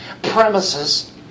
premises